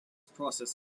process